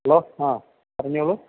hello ആ പറഞ്ഞോളൂ